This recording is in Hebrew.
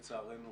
לצערנו,